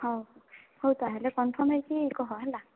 ହଉ ହଉ ତା'ହେଲେ କନଫର୍ମ ହେଇକି କହ ହେଲା